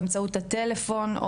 באמצעות הטלפון,